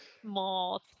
small